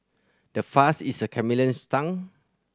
how fast is a chameleon's tongue